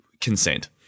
Consent